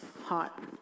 hot